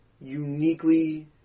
uniquely